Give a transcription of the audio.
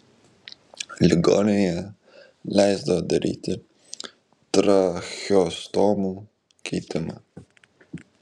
ligoninėje leisdavo daryti tracheostomų keitimą